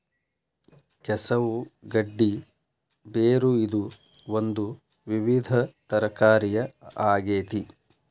ಕೆಸವು ಗಡ್ಡಿ ಬೇರು ಇದು ಒಂದು ವಿವಿಧ ತರಕಾರಿಯ ಆಗೇತಿ